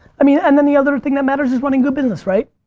i mean, and then the other thing that matters is running good business, right?